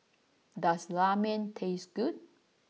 does Ramen taste good